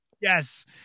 Yes